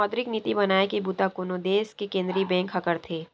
मौद्रिक नीति बनाए के बूता कोनो देस के केंद्रीय बेंक ह करथे